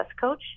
coach